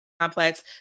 Complex